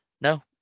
no